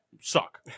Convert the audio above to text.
suck